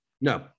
No